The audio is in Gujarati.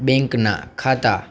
બેંકનાં ખાતા